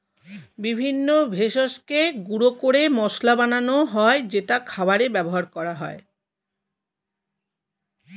বিভিন্ন ভেষজকে গুঁড়ো করে মশলা বানানো হয় যেটা খাবারে ব্যবহার করা হয়